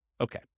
Okay